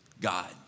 God